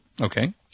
Okay